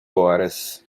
horas